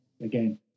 again